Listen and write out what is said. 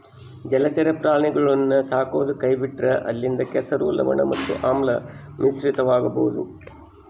ಜಲಚರ ಪ್ರಾಣಿಗುಳ್ನ ಸಾಕದೊ ಕೈಬಿಟ್ರ ಅಲ್ಲಿಂದ ಕೆಸರು, ಲವಣ ಮತ್ತೆ ಆಮ್ಲ ಮಿಶ್ರಿತವಾಗಬೊದು